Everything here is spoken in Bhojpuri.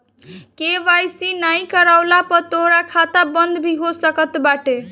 के.वाई.सी नाइ करववला पअ तोहार खाता बंद भी हो सकत बाटे